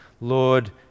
Lord